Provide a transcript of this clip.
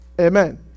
Amen